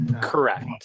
correct